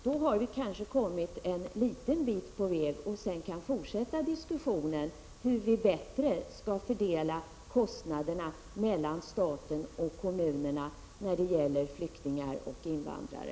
Då har vi kanske kommit en liten bit på väg, och sedan kan vi fortsätta diskussionen om hur vi bättre skall fördela kostnaderna mellan staten och kommunerna när det gäller flyktingar och invandrare.